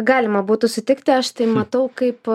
galima būtų sutikti aš tai matau kaip